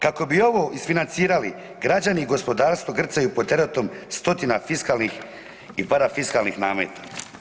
Kako bi ovo isfinancirali građani i gospodarstvo grcaju pod teretom stotina fiskalnih i parafiskalnih nameta.